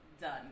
done